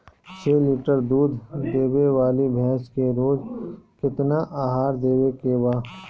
छह लीटर दूध देवे वाली भैंस के रोज केतना आहार देवे के बा?